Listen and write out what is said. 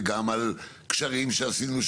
גם על גשרים שעשינו,